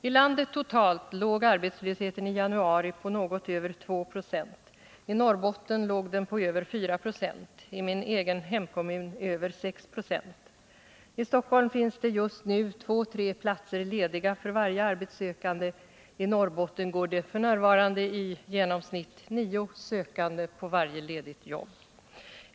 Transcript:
I landet totalt låg arbetslösheten i januari på något över 2 20, i Norrbotten låg den på över 4 96 och i min egen hemkommun på över 6 90. I Stockholm finns det just nu två tre platser lediga för varje arbetssökande. I Norrbotten går det f. n. nio sökande på varje ledigt jobb.